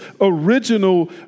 original